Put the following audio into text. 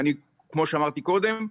כמו שאמרתי קודם,